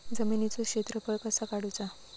जमिनीचो क्षेत्रफळ कसा काढुचा?